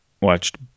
Watched